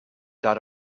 dot